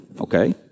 Okay